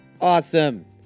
Awesome